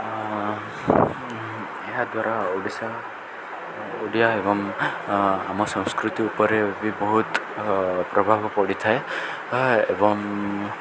ଏହାଦ୍ୱାରା ଓଡ଼ିଶା ଓଡ଼ିଆ ଏବଂ ଆମ ସଂସ୍କୃତି ଉପରେ ବି ବହୁତ ପ୍ରଭାବ ପଡ଼ିଥାଏ ଏବଂ